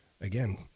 again